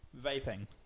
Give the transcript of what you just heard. Vaping